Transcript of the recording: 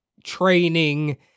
training